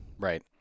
Right